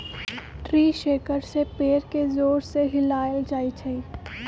tree shaker से पेड़ के जोर से हिलाएल जाई छई